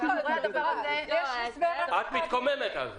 את מתקוממת על זה.